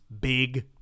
big